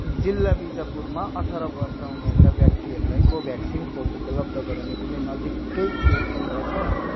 जिल्ला बिजापुरमा अठार वर्ष उमेरका व्यक्तिहरूलाई कोभ्याक्सिन खोप उपलब्ध गराउने कुनै नजिक्कै खोप केन्द्र छ